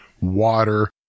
water